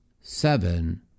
seven